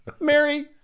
Mary